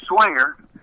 swinger